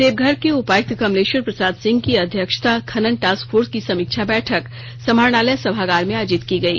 देवघर के उपायुक्त कमलेश्वर प्रसाद सिंह की अध्यक्षता खनन टास्क फोर्स की समीक्षा बैठक समाहरणालय सभागार में आयोजित की गई